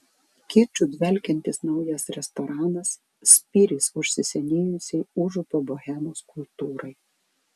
kiču dvelkiantis naujas restoranas spyris užsisenėjusiai užupio bohemos kultūrai